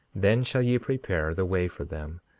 then shall ye prepare the way for them,